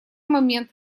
момент